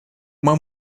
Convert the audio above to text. uma